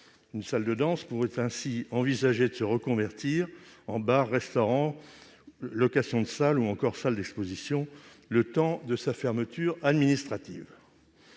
Une salle de danse pourrait ainsi envisager de se reconvertir en bar, restaurant, location de salle ou encore salle d'exposition, le temps de sa fermeture administrative.